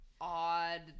odd